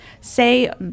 say